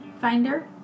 finder